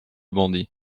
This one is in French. bandits